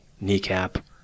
kneecap